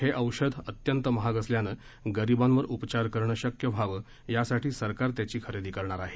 हे औषध अत्यंत महाग असल्याने गरीबांवर उपचार करणे शक्य व्हावे यासाठी सरकार याची खरेदी करणार आहे